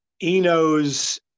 Eno's